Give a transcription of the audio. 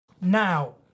Now